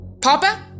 Papa